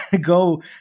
go